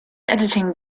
editing